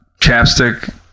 Chapstick